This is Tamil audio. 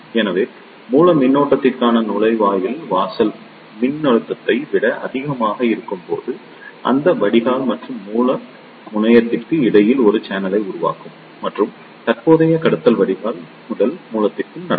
எனவே மூல மின்னழுத்தத்திற்கான நுழைவாயில் வாசல் மின்னழுத்தத்தை விட அதிகமாக இருக்கும்போது அது வடிகால் மற்றும் மூல முனையத்திற்கு இடையில் ஒரு சேனலை உருவாக்கும் மற்றும் தற்போதைய கடத்தல் வடிகால் முதல் மூலத்திற்கு நடக்கும்